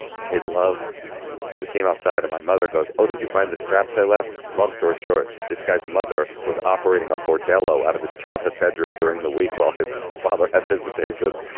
we made love and we came outside of my mother goes, oh, did you find the straps i left? long story short, this guy's mother was operating a bordello out of his childhood bedroom during the week while his father had visitations.